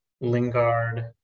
Lingard